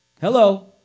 Hello